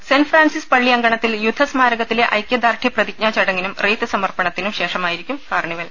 saint Francis പള്ളിയങ്കണത്തിൽ യുദ്ധസ്മാരകത്തിലെ ഐക്യദാർഢ്യ പ്രതിജ്ഞാ ചടങ്ങിനും റീത്ത് സമർപ്പണ ത്തിനും ശേഷമായിരിക്കും കാർണിവൽ